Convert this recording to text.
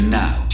now